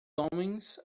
homens